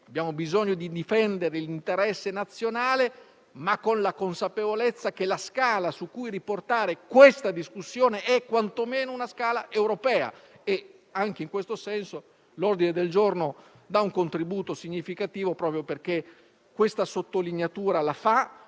Abbiamo bisogno di difendere l'interesse nazionale, ma con la consapevolezza che la scala su cui riportare questa discussione è quantomeno europea. Anche in questo senso, l'ordine del giorno dà un contributo significativo proprio perché sottolinea il tema